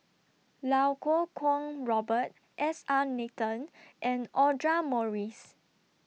Lau Kuo Kwong Robert S R Nathan and Audra Morrice